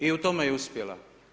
I u tome je uspjela.